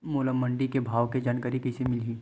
मोला मंडी के भाव के जानकारी कइसे मिलही?